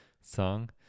song